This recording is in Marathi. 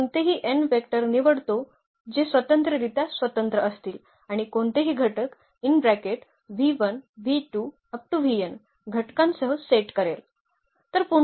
आम्ही कोणतेही n वेक्टर निवडतो जे स्वतंत्ररित्या स्वतंत्र असतील आणि कोणतेही घटक घटकांसह सेट करेल